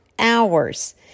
Hours